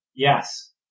Yes